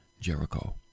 Jericho